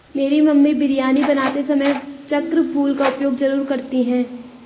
मेरी मम्मी बिरयानी बनाते समय चक्र फूल का उपयोग जरूर करती हैं